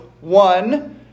one